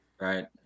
Right